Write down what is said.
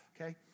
Okay